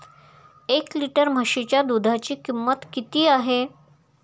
एक लिटर म्हशीच्या दुधाची किंमत किती आहे?